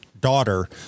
daughter